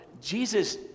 Jesus